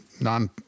non